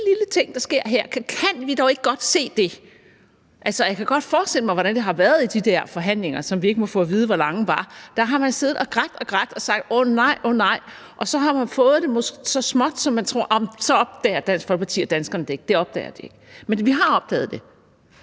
bittelille ting, der sker her – og kan I dog ikke godt se det?« Altså, jeg kan godt forestille mig, hvordan det har været i de der forhandlinger, som vi ikke må få at vide hvor lange var. Der har man siddet og grædt og grædt sagt »åh, nej, åh, nej!«, og så har man fået det gjort så småt, at man har troet: »Nå, men så opdager Dansk Folkeparti og danskerne det ikke – det opdager de ikke«. Men vi har opdaget det.